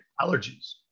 allergies